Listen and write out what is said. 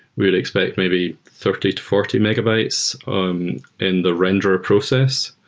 really expect maybe thirty to forty megabytes um in the render process,